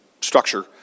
structure